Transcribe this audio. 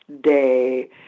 day